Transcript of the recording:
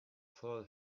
floor